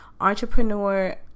entrepreneur